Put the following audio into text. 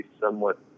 somewhat